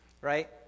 right